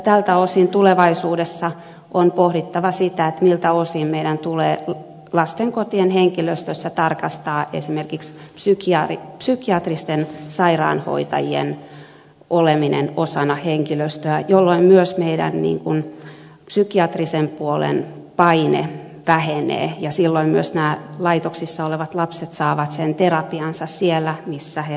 tältä osin tulevaisuudessa on pohdittava sitä miltä osin tulee lastenkotien henkilöstössä tarkastaa esimerkiksi psykiatristen sairaanhoitajien oleminen osana henkilöstöä jolloin myös psykiatrisen puolen paine vähenee ja silloin myös laitoksissa olevat lapset saavat sen terapiansa siellä missä asuvat